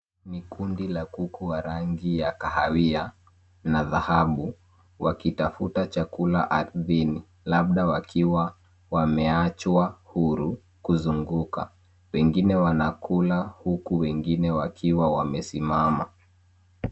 Ni kundi la kuku wa rangi ya kahawia na dhahabu wakitafuta chakula ardhini labda wakiwa wameachwa huru kuzunguka. Wengine wanakula huku wengine wakiwa wamesimama.